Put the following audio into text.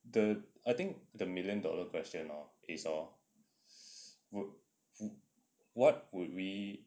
the I think the million dollar question now is hor would would what would we